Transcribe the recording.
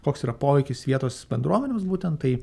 koks yra poveikis vietos bendruomenėms būtent tai